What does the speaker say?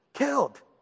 killed